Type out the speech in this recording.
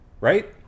right